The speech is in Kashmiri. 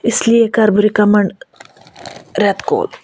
اِس لیے کَرٕ بہٕ رِکَمَنڈ رٮ۪تہٕ کول